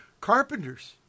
Carpenters